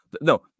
no